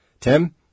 Tim